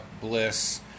Bliss